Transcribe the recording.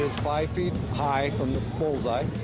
five feet high from the bull's-eye,